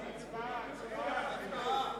הצבעה.